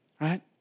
right